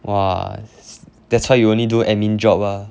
!wah! that's why you only do admin job ah